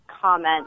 comment